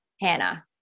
hannah